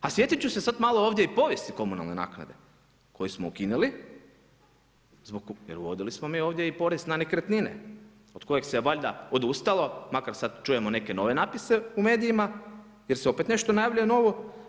A sjetit ću sad malo ovdje i povijesti komunalne naknade koju smo ukinuli zbog … ovdje i porez na nekretnine od kojeg se valjda odustalo makar sada čujemo neke nove napise u medijima jer se opet nešto najavljuje novo.